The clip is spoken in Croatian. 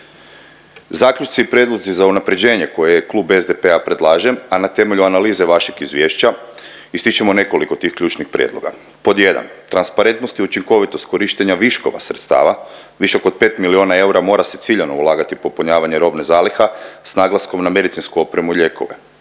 Zaključci i prijedlozi za unaprjeđenje koje Klub SDP-a predlaže, a na temelju analize vašeg izvješća ističemo nekoliko tih ključnih prijedloga. Pod jedan, transparentnost i učinkovitost korištenja viškova sredstava, višak od 5 milijuna eura mora se ciljano ulagati u popunjavanje robnih zaliha s naglaskom na medicinsku opremu i lijekove.